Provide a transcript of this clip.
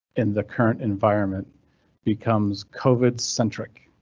in the current environment becomes covid-centric.